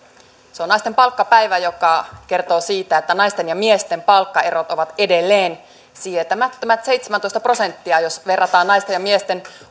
se on naisten palkkapäivä joka kertoo siitä että naisten ja miesten palkkaerot ovat edelleen sietämättömät seitsemäntoista prosenttia jos verrataan naisten ja miesten